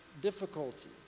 difficulty